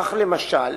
כך, למשל,